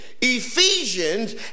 Ephesians